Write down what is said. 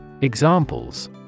Examples